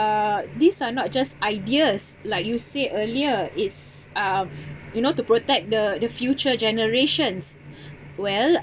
uh these are not just ideas like you said earlier it's uh you know to protect the the future generations well